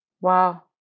wow